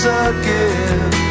again